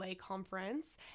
conference